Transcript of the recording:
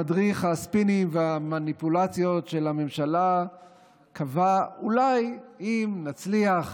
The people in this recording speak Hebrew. אחת במדריך הספינים והמניפולציות של הממשלה קבע: אולי אם נצליח